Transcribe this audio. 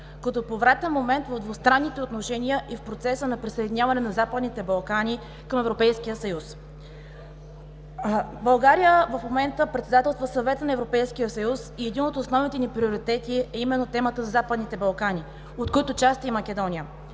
като повратен момент в двустранните отношения и в процеса на присъединяване на Западните Балкани към Европейския съюз. България в момента председателства Съвета на Европейския съюз и един от основните ни приоритети е именно темата за Западните Балкани, от които част е и Македония